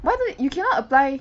why don't you cannot apply